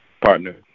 partner